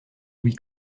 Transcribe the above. louis